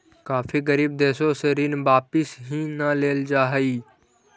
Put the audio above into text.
काफी गरीब देशों से ऋण वापिस ही न लेल जा हई